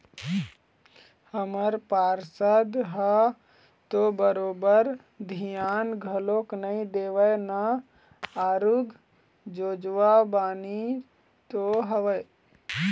हमर पार्षद ह तो बरोबर धियान घलोक नइ देवय ना आरुग जोजवा बानी तो हवय